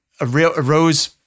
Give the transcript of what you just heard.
arose